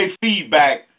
feedback